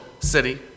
city